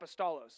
apostolos